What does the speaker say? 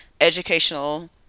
educational